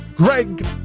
Greg